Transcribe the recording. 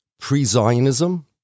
pre-Zionism